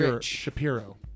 Shapiro